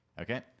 Okay